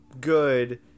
good